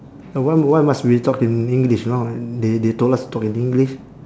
and why m~ why must we talk in english know they they told us talk in english